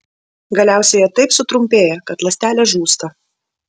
galiausiai jie taip sutrumpėja kad ląstelė žūsta